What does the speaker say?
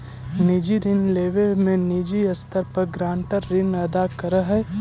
निजी ऋण लेवे में निजी स्तर पर गारंटर ऋण अदा करऽ हई